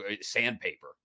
sandpaper